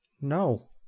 No